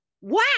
Wow